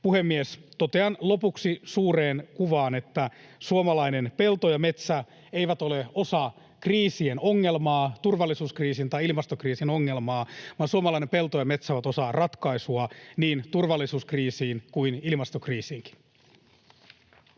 Puhemies! Totean lopuksi suureen kuvaan, että suomalainen pelto ja metsä eivät ole osa kriisien ongelmaa, turvallisuuskriisin tai ilmastokriisin ongelmaa, vaan suomalainen pelto ja metsä ovat osa ratkaisua niin turvallisuuskriisiin kuin ilmastokriisiinkin.